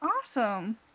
Awesome